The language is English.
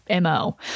mo